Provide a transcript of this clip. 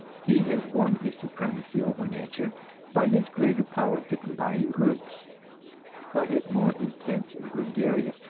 he has won his supremacy over nature by his greater power to combine in groups by his more intense gregarious,